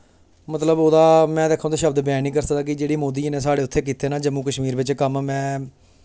मतलब ओह्दा में जे आखां ते ओह्दे शब्द बयान निं करी सकदा कि जेह्ड़े मोदी जी ने साढ़े उत्थें कीते ना जम्मू कश्मीर बिच कम्म में